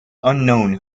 unknown